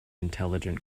intelligent